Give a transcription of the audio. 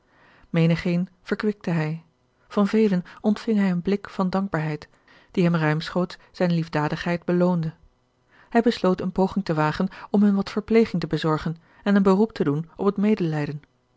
menigeen verkwikte hij van velen ontving hij een blik van dankbaarheid die hem ruimschoots zijne liefdadigheid beloonde hij besloot eene poging te wagen om hun wat verpleging te bezorgen en een beroep te doen op het medelijden